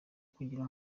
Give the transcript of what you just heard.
kugira